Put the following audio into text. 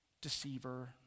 deceiver